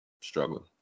struggling